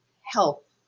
Help